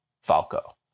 Falco